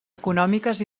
econòmiques